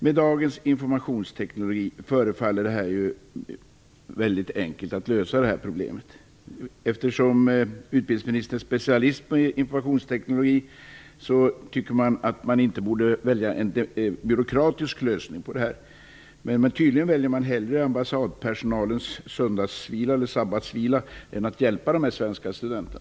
Med dagens informationsteknik förefaller det väldigt enkelt att lösa detta problem. Eftersom utbildningsministern är specialist på informationsteknik tycker man att han inte borde välja en byråkratisk lösning. Men tydligen väljer man hellre att värna ambassadpersonalens sabbatsvila än att hjälpa dessa svenska studenter.